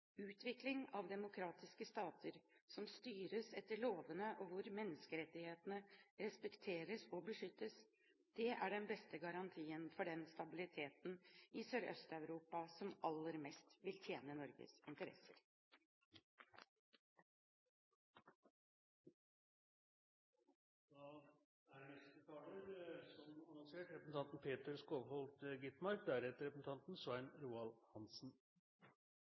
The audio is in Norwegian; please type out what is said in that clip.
Utvikling av demokratiske stater som styres etter lovene, og hvor menneskerettighetene respekteres og beskyttes, er den beste garantien for den stabiliteten i Sørøst-Europa som aller mest vil tjene Norges interesser. Som annonsert er neste taler representanten Peter Skovholt Gitmark, deretter representanten Svein Roald Hansen.